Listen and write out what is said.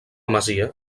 masia